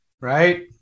right